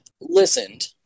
listened